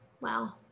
wow